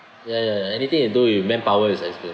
ya ya ya anything you do you manpower is expen~